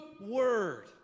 word